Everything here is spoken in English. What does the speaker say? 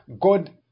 God